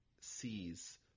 sees